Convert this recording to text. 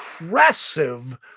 impressive